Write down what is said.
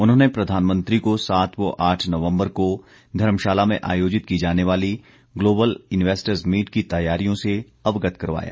उन्होंने प्रधानमंत्री को सात व आठ नवम्बर को धर्मशाला में आयोजित की जाने वाली ग्लोबल इन्वेस्टर्स मीट की तैयारियों से अवगत करवाया